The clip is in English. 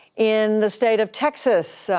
in the state of texas,